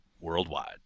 worldwide